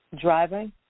driving